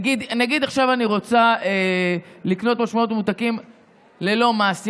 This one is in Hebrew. נגיד שעכשיו אני רוצה לקנות משקאות ממותקים ללא מס,